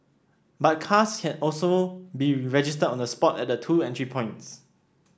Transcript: but cars can also be registered on the spot at the two entry points